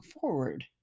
forward